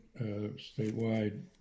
Statewide